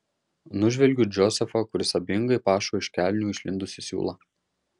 nužvelgiu džozefą kuris abejingai pašo iš kelnių išlindusį siūlą